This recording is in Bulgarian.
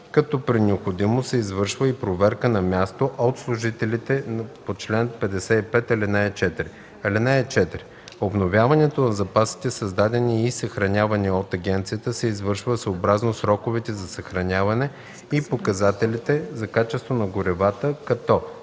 като при необходимост се извършва и проверка на място от служителите по чл. 55, ал. 4. (4) Обновяването на запасите, създавани и съхранявани от агенцията, се извършва съобразно сроковете за съхраняване и показателите за качество на горивата, като: